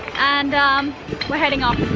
and we are heading off.